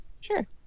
Sure